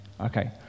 okay